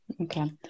okay